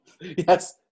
Yes